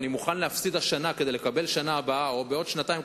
אני מוכן להפסיד השנה כדי לקבל בשנה הבאה או בעוד שנתיים,